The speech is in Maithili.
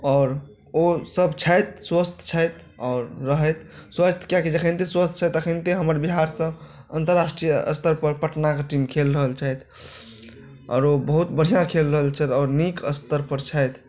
आओर ओसभ छथि स्वस्थ छथि आओर रहथि स्वस्थ कियाकि जखनिते स्वस्थ तखनिते हमर बिहारसँ अन्तराष्ट्रीय स्तरपर पटनाके टीम खेल रहल छथि आओर ओ बहुत बढ़िआँ खेल रहल छथि आओर नीक स्तरपर छथि